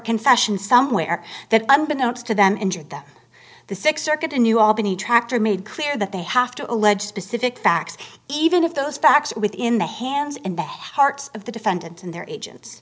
confession somewhere that unbeknownst to them injured that the six circuit in new albany tractor made clear that they have to allege specific facts even if those facts are within the hands and the head of the defendant and their agents